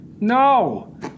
No